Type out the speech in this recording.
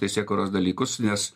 teisėkūros dalykus nes